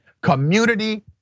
community